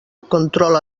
control